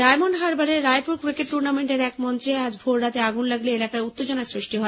ডায়মন্ডহারবারের রায়পুরে ক্রিকেট টুর্নামেন্টের এক মঞ্চে আজ ভোররাতে আগুন লাগলে এলাকায় উত্তেজনার সৃষ্টি হয়